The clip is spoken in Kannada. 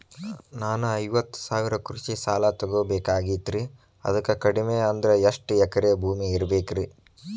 ನಾನು ಐವತ್ತು ಸಾವಿರ ಕೃಷಿ ಸಾಲಾ ತೊಗೋಬೇಕಾಗೈತ್ರಿ ಅದಕ್ ಕಡಿಮಿ ಅಂದ್ರ ಎಷ್ಟ ಎಕರೆ ಭೂಮಿ ಇರಬೇಕ್ರಿ?